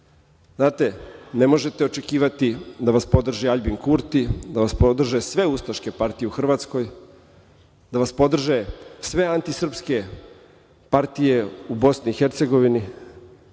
radost. Znate, ne možete očekivati da vas podrže Aljbin Kurti, da vas podrže sve ustaške partije u Hrvatskoj, da vas podrže sve antisrpske partije u BiH i da mislite